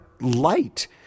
light